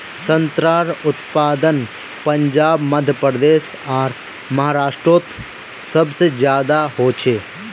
संत्रार उत्पादन पंजाब मध्य प्रदेश आर महाराष्टरोत सबसे ज्यादा होचे